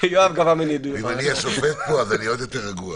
אני השופט פה, אז אני עוד יותר רגוע.